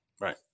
Right